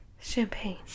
Champagne